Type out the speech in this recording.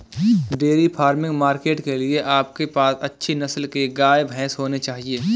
dairy farming market के लिए आपके पास अच्छी नस्ल के गाय, भैंस होने चाहिए